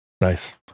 nice